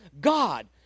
god